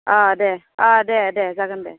अ दे अ दे दे जागोन दे